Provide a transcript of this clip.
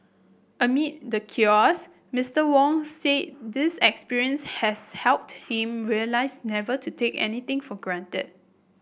amid the chaos Mister Wong said this experience has helped him realise never to take anything for granted